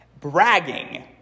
bragging